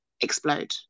explode